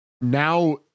now